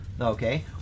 okay